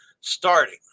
starting